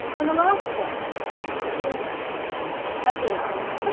and the last one is a big book.